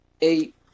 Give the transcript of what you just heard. eight